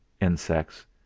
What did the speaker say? insects